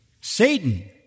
Satan